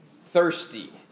thirsty